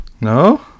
No